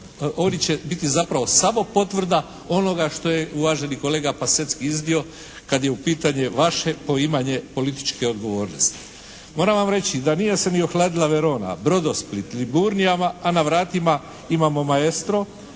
oni će biti zapravo samo potvrda onoga što je uvaženi kolega Pasecky iznio kad je u pitanju vaše poimanje političke odgovornosti. Moram vam reći da nije se ni ohladila Verona, Brodosplit, Liburnija, a na vratima imamo “Maestro“,